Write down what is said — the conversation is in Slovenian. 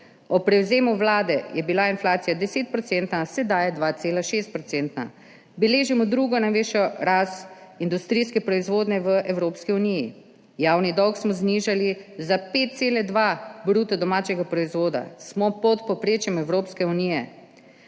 Ob prevzemu Vlade je bila inflacija 10-odstotna, sedaj je 2,6-odstotna. Beležimo drugo najvišjo rast industrijske proizvodnje v Evropski uniji. Javni dolg smo znižali za 5,2 bruto domačega proizvoda, smo pod povprečjem Evropske unije.